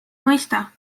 mõista